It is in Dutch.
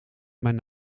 mijn